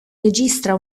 registra